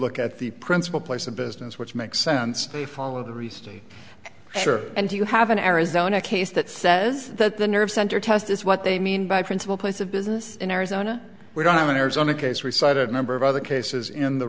look at the principal place of business which makes sense they follow the reste sure and you have an arizona case that says that the nerve center test is what they mean by principal place of business in arizona we don't have an arizona case we cited a number of other cases in the